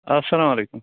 اَسلامُ عَلیکُم